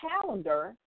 calendar